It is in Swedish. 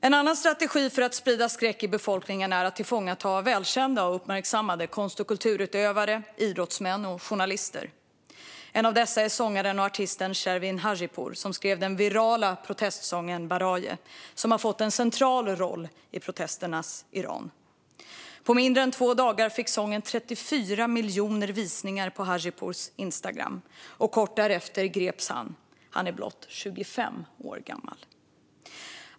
En annan strategi för att sprida skräck i befolkningen är att tillfångata välkända och uppmärksammade konst och kulturutövare, idrottsmän och journalister. En av dessa är sångaren och artisten Shervin Hajipour som skrev den virala protestsången Baraye. Den har fått en central roll i protesternas Iran. På mindre än två dagar fick sången 34 miljoner visningar på Hajipours Instagram, och kort därefter greps han. Han är blott 25 år gammal.